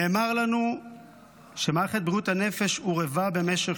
נאמר לנו שמערכת בריאות הנפש הורעבה במשך